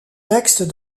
textes